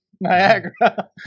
Niagara